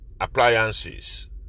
appliances